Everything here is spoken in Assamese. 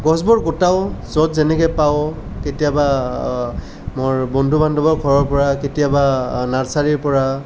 গছবোৰ গোটাও য'ত যেনেকৈ পাওঁ কেতিয়াবা মোৰ বন্ধু বান্ধৱৰ ঘৰৰ পৰা কেতিয়াবা নাৰ্চাৰীৰ পৰা